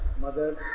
mother